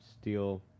steel